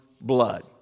blood